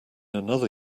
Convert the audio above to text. another